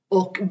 och